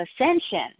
Ascension